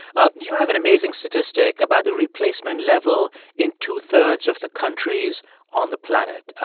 and you have an amazing statistic about the replacement level in two-thirds of the countries on the planet.